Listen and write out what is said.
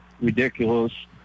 ridiculous